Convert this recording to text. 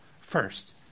first